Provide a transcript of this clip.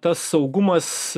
tas saugumas